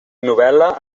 novel·la